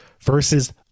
versus